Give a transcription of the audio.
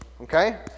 Okay